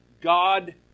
God